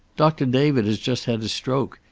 doctor david has just had a stroke.